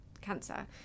cancer